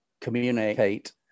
communicate